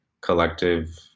collective